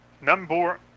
number